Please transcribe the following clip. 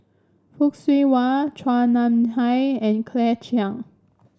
Fock Siew Wah Chua Nam Hai and Claire Chiang